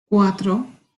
cuatro